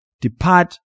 depart